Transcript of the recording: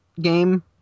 game